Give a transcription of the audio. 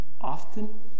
often